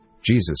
Jesus